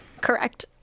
correct